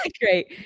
great